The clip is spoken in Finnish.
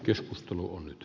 keskustelu on nyt